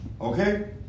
Okay